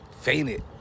fainted